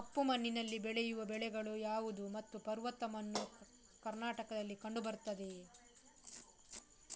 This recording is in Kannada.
ಕಪ್ಪು ಮಣ್ಣಿನಲ್ಲಿ ಬೆಳೆಯುವ ಬೆಳೆಗಳು ಯಾವುದು ಮತ್ತು ಪರ್ವತ ಮಣ್ಣು ಕರ್ನಾಟಕದಲ್ಲಿ ಕಂಡುಬರುತ್ತದೆಯೇ?